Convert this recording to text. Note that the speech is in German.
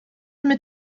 mit